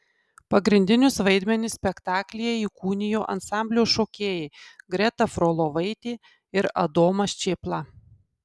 pagrindinius vaidmenis spektaklyje įkūnijo ansamblio šokėjai greta frolovaitė ir adomas čėpla